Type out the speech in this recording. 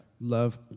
love